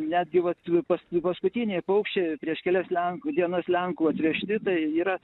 netgi vat pas paskutiniai paukščiai prieš kelias lenkų dienas lenkų atvežti tai yra